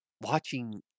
watching